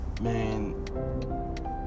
man